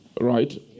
right